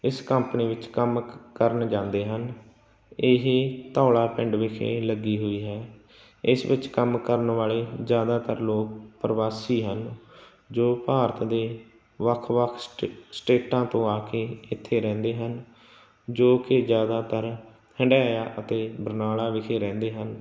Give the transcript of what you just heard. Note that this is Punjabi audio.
ਇਸ ਕੰਪਨੀ ਵਿੱਚ ਕੰਮ ਕਰਨ ਜਾਂਦੇ ਹਨ ਇਹ ਧੌਲਾ ਪਿੰਡ ਵਿਖੇ ਲੱਗੀ ਹੋਈ ਹੈ ਇਸ ਵਿੱਚ ਕੰਮ ਕਰਨ ਵਾਲੇ ਜ਼ਿਆਦਾਤਰ ਲੋਕ ਪ੍ਰਵਾਸੀ ਹਨ ਜੋ ਭਾਰਤ ਦੇ ਵੱਖ ਵੱਖ ਸਟ ਸਟੇਟਾਂ ਤੋਂ ਆ ਕੇ ਇੱਥੇ ਰਹਿੰਦੇ ਹਨ ਜੋ ਕਿ ਜ਼ਿਆਦਾਤਰ ਹੰਢਾਇਆ ਅਤੇ ਬਰਨਾਲਾ ਵਿਖੇ ਰਹਿੰਦੇ ਹਨ